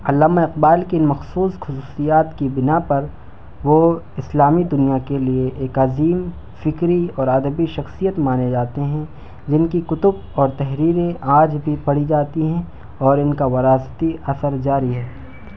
علامہ اقبال کی مخصوص خصوصیات کی بنا پر وہ اسلامی دنیا کے لیے ایک عظیم فکری اور ادبی شخصیت مانے جاتے ہیں جن کی کتب اور تحریریں آج بھی پڑھی جاتی ہیں اور ان کا وراثتی اثر جاری ہے